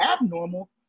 abnormal